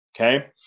okay